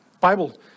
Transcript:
Bible